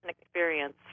experience